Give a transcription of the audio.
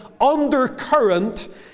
undercurrent